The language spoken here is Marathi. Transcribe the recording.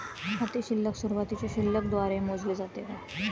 खाते शिल्लक सुरुवातीच्या शिल्लक द्वारे मोजले जाते का?